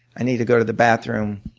i need to go to the bathroom.